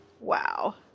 Wow